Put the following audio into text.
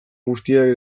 guztiak